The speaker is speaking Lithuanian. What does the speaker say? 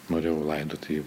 norėjau laidoti jį